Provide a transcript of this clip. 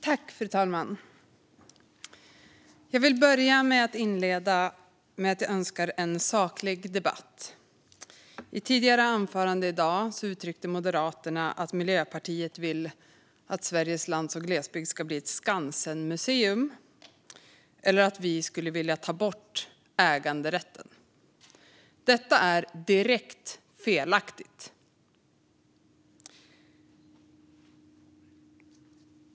Fru talman! Jag vill inleda med att önska en saklig debatt. I ett tidigare anförande i dag uttryckte Moderaterna att Miljöpartiet vill att Sveriges landsbygd och glesbygd ska bli ett Skansenmuseum och att vi skulle vilja ta bort äganderätten. Detta är direkt felaktigt.